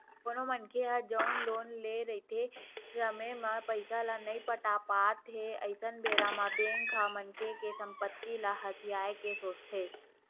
कोनो मनखे ह जउन लोन लेए रहिथे समे म पइसा ल नइ पटा पात हे अइसन बेरा म बेंक ह मनखे के संपत्ति ल हथियाये के सोचथे